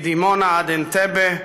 מדימונה עד אנטבה,